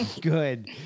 good